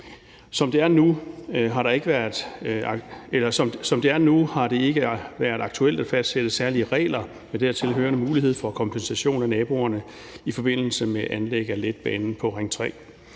Som det er nu, har det ikke været aktuelt at fastsætte særlige regler og dertilhørende mulighed for kompensation af naboerne i forbindelse med anlæg af letbanen på Ring 3,